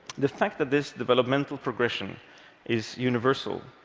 the fact that this developmental progression is universal,